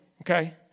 Okay